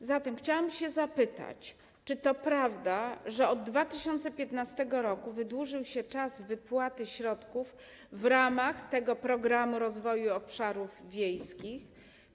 A zatem chciałabym zapytać, czy to prawda, że od 2015 r. wydłużył się czas wypłaty środków w ramach Programu Rozwoju Obszarów Wiejskich.